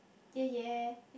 ya ya